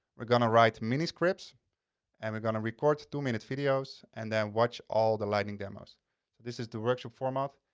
we're gonna write mini-scripts and we're gonna record two minutes videos and then watch all the lightning demos. so this is the workshop format.